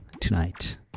tonight